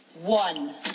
one